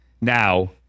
now